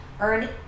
earn